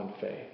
faith